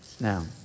Now